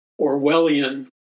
Orwellian